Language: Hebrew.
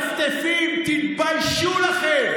מטפטפים, תתביישו לכם.